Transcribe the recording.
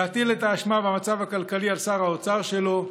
להטיל את האשמה במצב הכלכלי על שר האוצר שלו,